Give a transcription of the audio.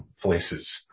places